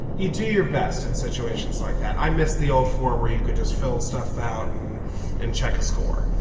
you do your best in situations like that. i miss the old form where you could just fill stuff out and and check a score.